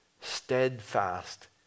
steadfast